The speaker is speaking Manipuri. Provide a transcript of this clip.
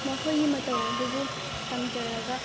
ꯃꯈꯣꯏꯒꯤ ꯃꯇꯧ ꯑꯗꯨꯕꯨ ꯇꯝꯖꯔꯒ